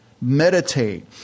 Meditate